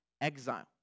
exile